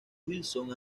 wilson